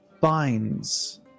binds